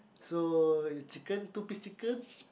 so chicken two piece chicken